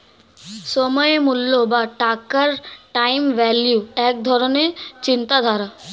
সময়ের মূল্য বা টাকার টাইম ভ্যালু এক ধরণের চিন্তাধারা